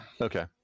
Okay